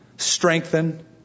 strengthen